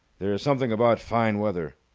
there's something about fine weather!